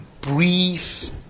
brief